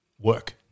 work